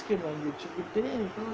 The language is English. biscuit வாங்கி வச்சிகிட்டு:vaangi vachikittu